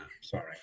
Sorry